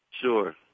Sure